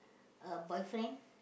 a boyfriend